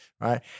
right